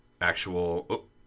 actual